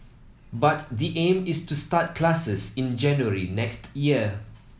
but the aim is to start classes in January next year